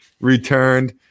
returned